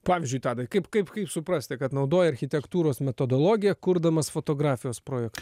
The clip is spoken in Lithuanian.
pavyzdžiui tadai kaip kaip kaip suprasti kad naudoji architektūros metodologiją kurdamas fotografijos projektą